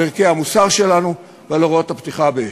על ערכי המוסר שלנו ועל הוראות הפתיחה באש.